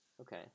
Okay